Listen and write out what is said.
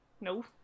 No